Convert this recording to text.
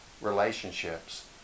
relationships